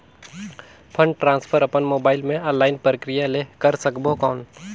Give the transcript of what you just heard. Fund transfer अपन mobile मे online प्रक्रिया ले कर सकबो कौन?